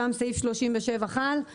שם סעיף 37 חל.